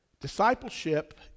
discipleship